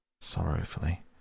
sorrowfully